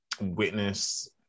Witness